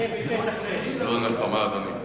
כזו נחמה, אדוני?